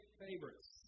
favorites